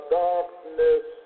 darkness